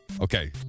Okay